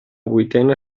vuitena